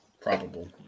probable